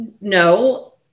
no